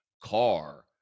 car